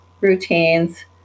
routines